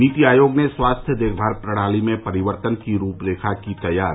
नीति आयोग ने स्वास्थ्य देखभाल प्रणाली में परिवर्तन की रूपरेखा की तैयार